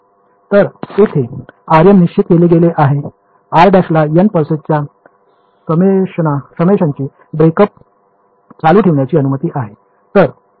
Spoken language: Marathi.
तर येथे rm निश्चित केले गेले आहे r ′ ला N पल्सेस च्या समेशनची ब्रेकअप चालू ठेवण्याची अनुमती आहे